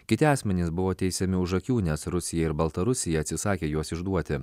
kiti asmenys buvo teisiami už akių nes rusija ir baltarusija atsisakė juos išduoti